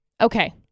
Okay